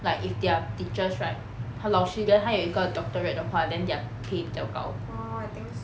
like if they are teachers right 他老师 then 他有一个 doctorate 的话 then their pay 比较高